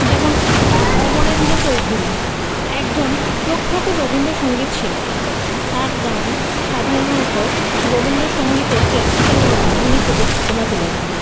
যেমন অমরেন্দ্র চৌধুরী একজন প্রখ্যাত রবীন্দ্র সঙ্গীত শিল্পী তার গান সাধারণত রবীন্দ্র সঙ্গীতের ক্লাসিক্যাল ও আধুনিক উপস্থাপনা তুলে ধরে